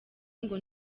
ngo